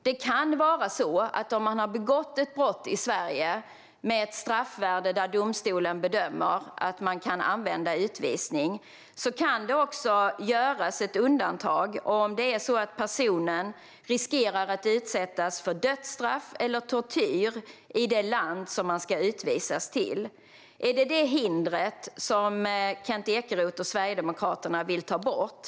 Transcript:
Det kan vara så att om man har begått ett brott i Sverige med ett straffvärde där domstolen bedömer att utvisning kan användas kan det göras ett undantag om personen riskerar att utsättas för dödsstraff eller tortyr i det land personen ska utvisas till. Är det detta hinder som Kent Ekeroth och Sverigedemokraterna vill ta bort?